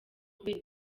kubera